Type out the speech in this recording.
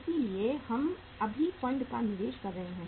इसलिए हम अभी फंड का निवेश कर रहे हैं